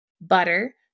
butter